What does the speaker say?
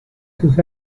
sus